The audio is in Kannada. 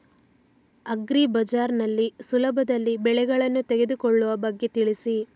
ಅಗ್ರಿ ಬಜಾರ್ ನಲ್ಲಿ ಸುಲಭದಲ್ಲಿ ಬೆಳೆಗಳನ್ನು ತೆಗೆದುಕೊಳ್ಳುವ ಬಗ್ಗೆ ತಿಳಿಸಿ